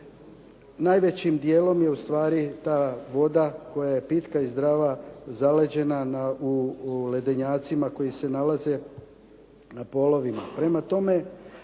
najvećim dijelom je ustvari ta voda koja je pitka i zdrava zaleđena u ledenjacima koji se nalaze na polovima.